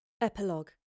Epilogue